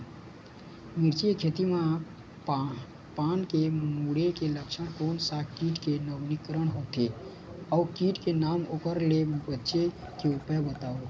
मिर्ची के खेती मा पान के मुड़े के लक्षण कोन सा कीट के नवीनीकरण होथे ओ कीट के नाम ओकर ले बचे के उपाय बताओ?